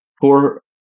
poor